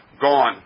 gone